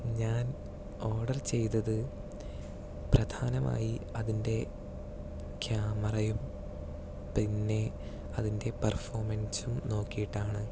ഞാൻ ഓർഡർ ചെയ്തത് പ്രധാനമായി അതിൻ്റെ ക്യാമറയും പിന്നെ അതിൻ്റെ പെർഫോമൻസും നോക്കിയിട്ടാണ്